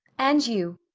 and you!